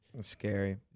scary